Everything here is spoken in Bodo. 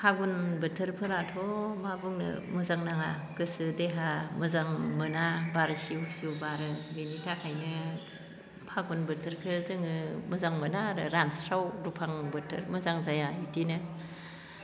फागुन बोथोरफोराथ' मा बुंनो मो जां नाङा गोसो देहा मोजां मोना बारआ सिउ सिउ बारो बेनि थाखायनो फागुन बोथोरखो जोङो मोजां मोना आरो रानस्राव दुफां बोथोर मोजां जाया इदिनो